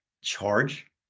charge